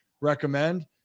recommend